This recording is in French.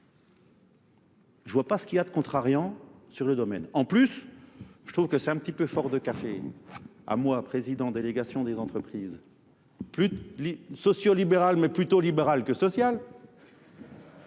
Je vois pas ce qu'il y a de contrariant sur le domaine. En plus, je trouve que c'est un petit peu fort de café. À moi, président délégation des entreprises, sociolibérale mais plutôt libérale que sociale,